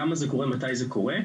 למה זה קורה ומתי זה קורה?